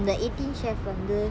the eighteen chefs